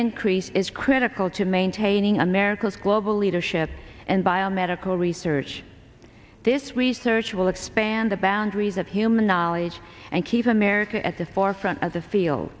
increase is critical to maintaining america's global leadership and biomedical research this research will expand the boundaries of human knowledge and keep america at the forefront of the field